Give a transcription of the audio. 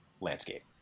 landscape